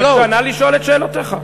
בבקשה, נא לשאול את שאלותיך.